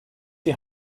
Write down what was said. die